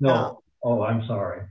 now or